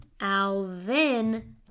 Alvin